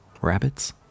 rabbits